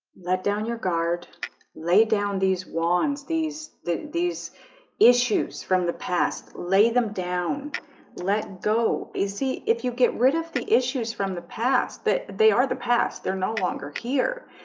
let down your guard lay down. these wands these these issues from the past lay them down let go you see if you get rid of the issues from the past that they are the past they're no longer here.